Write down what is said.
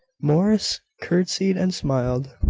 morris curtseyed and smiled,